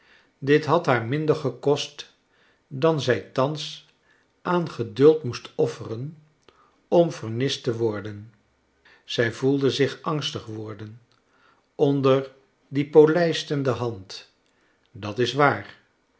dit had haar minder geko'st dan zij thans aan geduld moest offeren om vernist te worden zij voelde zich angstig worden onder die polijstende hand dat is waar